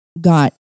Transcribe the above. got